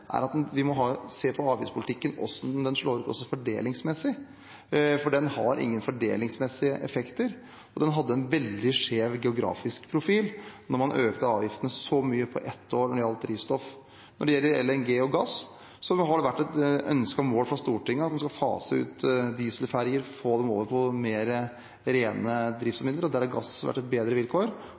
den hadde en veldig skjev geografisk profil når man økte drivstoffavgiftene så mye på ett år. Når det gjelder LNG og gass, har det vært et ønske og mål fra Stortinget at en skal fase ut dieselferjer og få dem over på mer rene driftsmidler, og der har gass gitt bedre vilkår.